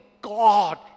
God